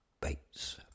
Bates